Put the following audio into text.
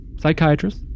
psychiatrist